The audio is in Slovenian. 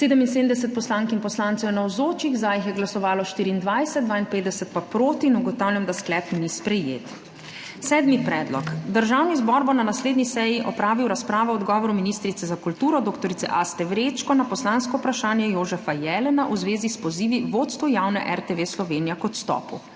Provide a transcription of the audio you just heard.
77 poslank in poslancev je navzočih, za jih je glasovalo 24, 52 pa proti. (Za je glasovalo 24.) (Proti 52.) Ugotavljam, da sklep ni sprejet. Sedmi predlog: Državni zbor bo na naslednji seji opravil razpravo o odgovoru ministrice za kulturo dr. Aste Vrečko na poslansko vprašanje Jožefa Jelena v zvezi s pozivi vodstvu javne RTV Slovenija k odstopu.